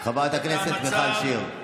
חברת הכנסת מיכל שיר.